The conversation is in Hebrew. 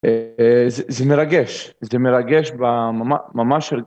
אה.. זה מרגש, זה מרגש בממש...